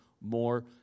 more